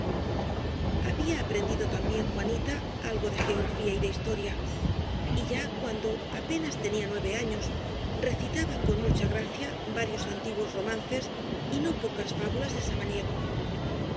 había aprendido también juanita algo de geo grafía y de historia y ya cuando apenas tenía nue ve años recitaba con mucha gracia varios antiguos romances y no pocas fábulas de samaniego